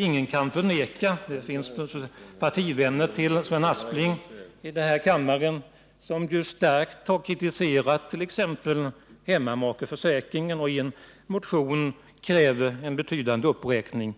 Det är ovedersägligen så att partivänner till Sven Aspling här i kammaren starkt har kritiserat t.ex. hemmamakeförsäkringen och i motion krävt en betydande uppräkning